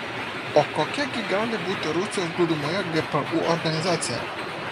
o kokia gi gali būti rusijos glūdumoje gpu organizacija